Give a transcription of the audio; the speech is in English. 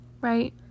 right